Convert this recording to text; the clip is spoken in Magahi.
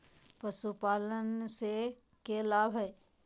पशुपालन से के लाभ हय?